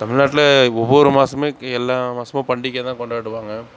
தமிழ்நாட்டில் ஒவ்வொரு மாதமுமே இங்கே எல்லா மாதமும் பண்டிகைதான் கொண்டாடுவாங்க